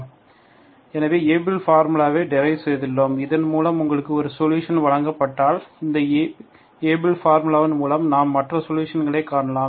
எனவே ஏபிள் ஃபார்முலாவை Abel's formula நாம் உருவாக்கியுள்ளோம் நாம் ஏபிள் ஃபார்முலாவை டெரைவ் செய்துள்ளோம் இதன் மூலம் உங்களுக்கு ஒரு சொலுஷன் வழங்கப்பட்டால் இந்த ஏபிள் ஃபார்முலாவின் மூலம் நாம் மற்ற சொலுஷன்களை காணலாம்